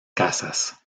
casas